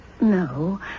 No